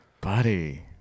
Buddy